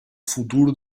futur